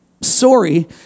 sorry